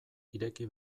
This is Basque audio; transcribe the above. ireki